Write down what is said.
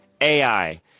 AI